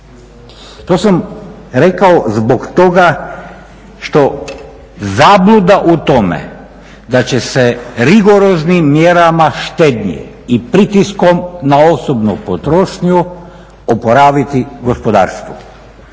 To sam rekao zbog toga što zabluda u tome da će se rigoroznim mjerama štednje i pritiskom na osobnu potrošnju oporaviti gospodarstvo.